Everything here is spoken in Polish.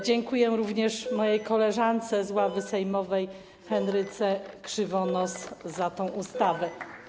Dziękuję również mojej koleżance z ławy sejmowej Henryce Krzywonos za tę ustawę.